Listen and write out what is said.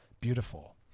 beautiful